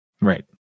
Right